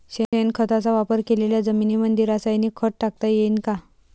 शेणखताचा वापर केलेल्या जमीनीमंदी रासायनिक खत टाकता येईन का?